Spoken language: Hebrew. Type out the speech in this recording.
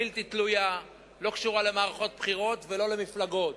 בלתי תלויה, לא קשורה למערכות בחירות ולא למפלגות.